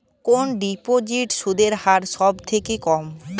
কোন ডিপোজিটে সুদের হার সবথেকে কম?